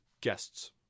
guests